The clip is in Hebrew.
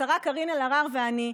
השרה קארין אלהרר ואני,